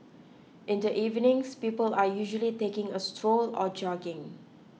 in the evenings people are usually taking a stroll or jogging